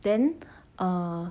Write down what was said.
then err